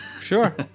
Sure